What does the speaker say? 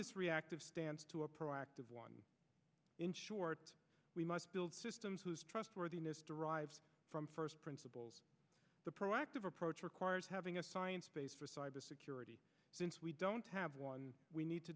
this reactive stance to a proactive one in short we must build systems whose trustworthiness derives from first principles the proactive approach requires having a science base for cyber security since we don't have one we need to